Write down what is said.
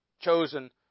chosen